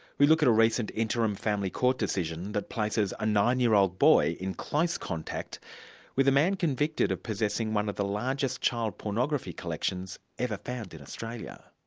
we look at a recent interim family court decision that places a nine-year-old boy in close contact with a man convicted of possessing one of the largest child pornography collections ever found in australia.